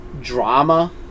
drama